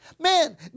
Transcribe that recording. Man